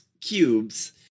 cubes